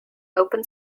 open